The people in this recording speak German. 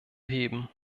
heben